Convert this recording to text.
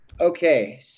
Okay